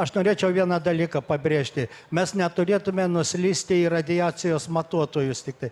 aš norėčiau vieną dalyką pabrėžti mes neturėtume nuslysti į radiacijos matuotojus tiktai